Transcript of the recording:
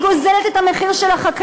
וכי היא גוזלת את המחיר של החקלאים.